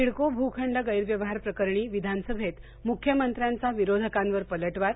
सिडको भूंबंड गैरव्यवहार प्रकरणी विधानसभेत मुख्यमंत्र्यांचा विरोधकांवर पलट्यार